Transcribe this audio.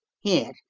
here,